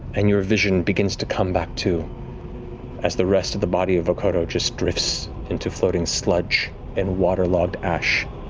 and your vision begins to come back to as the rest of the body of vokodo just drifts into floating sludge and waterlogged ash.